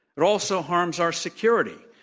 it also harms our security.